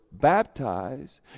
baptized